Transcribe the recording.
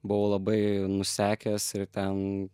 buvau labai nusekęs ir ten